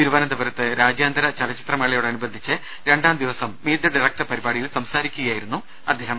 തിരുവനന്തപുരത്ത് രാജ്യാ ന്തര ചലച്ചിത്രമേളയോടനുബന്ധിച്ച് രണ്ടാം ദിവസം മീറ്റ് ദി ഡിറക്ടർ പരിപാ ടിയിൽ സംസാരിക്കുകയായിരുന്നു അദ്ദേഹം